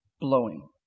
blowing